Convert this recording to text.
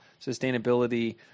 sustainability